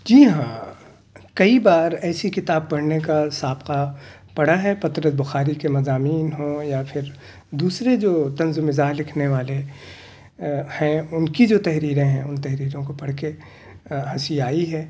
جی ہاں کئی بار ایسی کتاب پڑھنے کا سابقہ پڑا ہے پطرس بخاری کے مضامین ہوں یا پھر دوسرے جو طنز و مزاح لکھنے والے ہیں ان کی جو تحریریں ہیں ان تحریروں کو پڑھ کے ہنسی آئی ہے